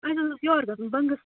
اَسہِ حظ اوس یور گَژھُن بنٛگس